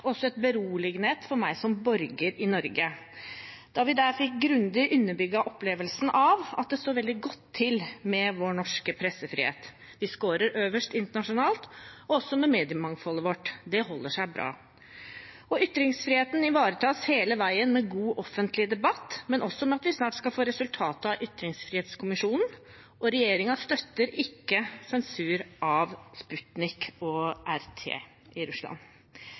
også et beroligende øyeblikk for meg som borger i Norge, da vi der fikk underbygget opplevelsen av at det står veldig godt til med vår norske pressefrihet – vi scorer øverst internasjonalt – og med mediemangfoldet vårt. Det holder seg bra. Ytringsfriheten ivaretas hele veien med god offentlig debatt, men også med at vi snart skal få resultatet av ytringsfrihetskommisjonen, og regjeringen støtter ikke sensur av Sputnik og Russia Today i Russland.